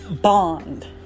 bond